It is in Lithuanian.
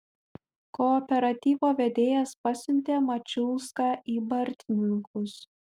kooperatyvo vedėjas pasiuntė mačiulską į bartninkus